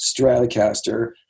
stratocaster